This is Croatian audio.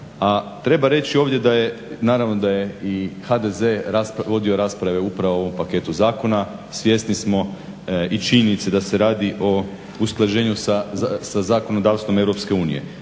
je, naravno da je i HDZ vodio rasprave upravo o ovom paketu zakona. Svjesni smo i činjenice da se radi o usklađenju sa zakonodavstvom